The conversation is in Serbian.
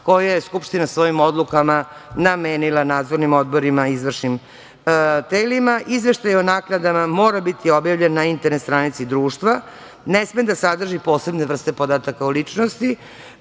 koje je skupština svojim odlukama namenila nadzornim odborima i izvršnim telima. Izveštaj o naknadama mora biti objavljen na internet stranici društva. Ne sme da sadrži posebne vrste podataka o ličnosti